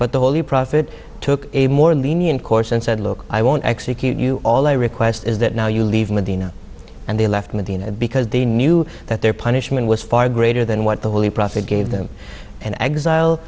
but the holy prophet took a more lenient course and said look i won't execute you all i request is that now you leave medina and they left medina because they knew that their punishment was far greater than what the holy prophet gave them an exile